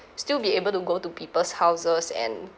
still be able to go to people's houses and